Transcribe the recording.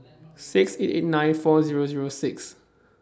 six eight eight nine four Zero Zero six